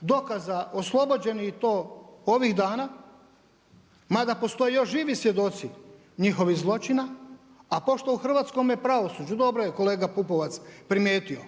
dokaza oslobođeni i to ovih dana, mada postoje još živi svjedoci njihovih zločina. A pošto u hrvatskome pravosuđu, dobro je kolega Pupovac primijeti,